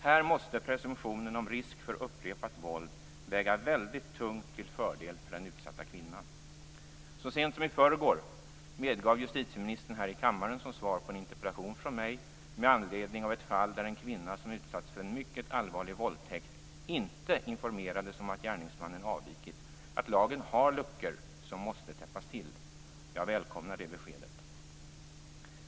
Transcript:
Här måste presumtionen om risk för upprepat våld väga väldigt tungt till fördel för den utsatta kvinnan. Så sent som i förrgår medgav justitieministern här i kammaren, som svar på en interpellation från mig med anledning av ett fall där en kvinna som utsatts för en mycket allvarlig våldtäkt inte informerades om att gärningsmannen avvikit, att lagen har luckor som måste täppas till. Jag välkomnar det beskedet.